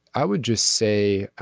i would just say